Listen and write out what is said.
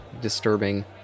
disturbing